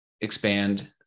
expand